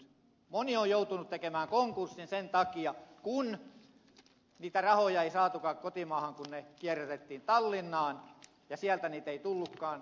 moni on joutunut tekemään konkurssin sen takia kun niitä rahoja ei saatukaan kotimaahan kun ne kierrätettiin tallinnaan ja sieltä niitä ei tullutkaan